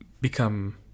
become